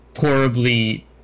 horribly